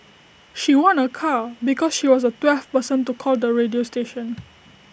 she won A car because she was the twelfth person to call the radio station